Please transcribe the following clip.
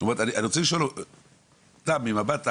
זאת אומרת, אני רוצה לשאול אותך ממבט על,